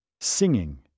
singing